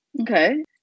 Okay